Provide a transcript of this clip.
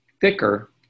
thicker